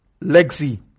Lexi